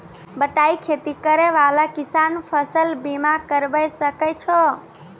बटाई खेती करै वाला किसान फ़सल बीमा करबै सकै छौ?